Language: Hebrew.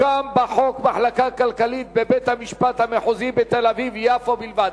תוקם בחוק מחלקה כלכלית בבית-המשפט המחוזי בתל-אביב יפו בלבד.